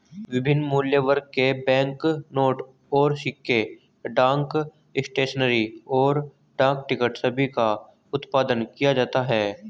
विभिन्न मूल्यवर्ग के बैंकनोट और सिक्के, डाक स्टेशनरी, और डाक टिकट सभी का उत्पादन किया जाता है